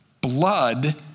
blood